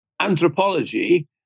Anthropology